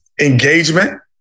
engagement